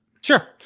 Sure